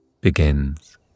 begins